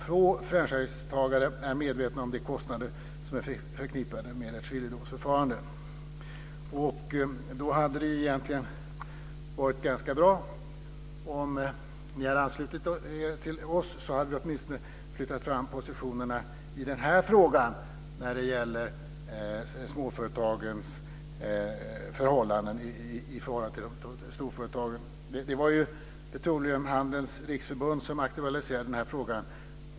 Få försäkringstagare är medvetna om de kostnader som är förknippade med ett skiljedomsförfarande." Då hade det egentligen varit ganska bra om ni hade anslutit er till oss. Då hade vi åtminstone flyttat fram positionerna i den här frågan när det gäller småföretagens villkor i förhållande till storföretagen. Det var ju Petroleumhandelns riksförbund som aktualiserade den här frågan.